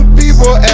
people